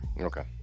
Okay